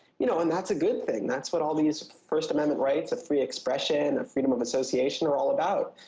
you know, and that's a good thing. thats what all these first amendment rights of free expression, freedom of association are all about.